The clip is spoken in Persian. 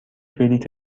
بلیط